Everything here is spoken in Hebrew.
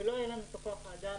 נכון,